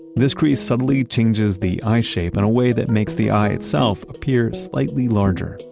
this crease subtly changes the eye shape in a way that makes the eye itself appear slightly larger.